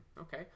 okay